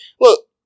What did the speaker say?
Look